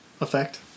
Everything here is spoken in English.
effect